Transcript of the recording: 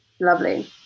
Lovely